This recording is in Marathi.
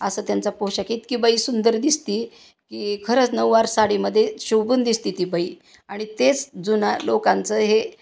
असं त्यांचा पोशाख इतकी बाई सुंदर दिसते की खरंच नऊवार साडीमध्ये शोभून दिसती ती बाई आणि तेच जुना लोकांचं हे